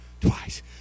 twice